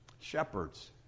shepherds